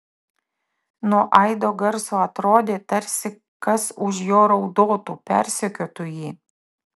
nuo aido garso atrodė tarsi kas už jo raudotų persekiotų jį